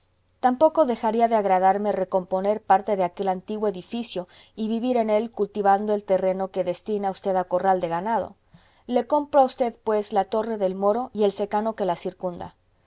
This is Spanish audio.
tampoco dejaría de agradarme recomponer parte de aquel antiguo edificio y vivir en él cultivando el terreno que destina usted a corral de ganado le compro a usted pues la torre del moro y el secano que la circunda